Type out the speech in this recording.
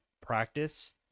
practice